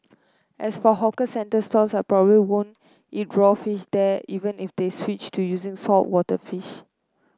as for hawkers centre stalls I probably won't eat raw fish there even if they switched to using saltwater fish